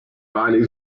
valley